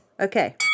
Okay